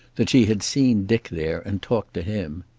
that she had seen dick there and talked to him.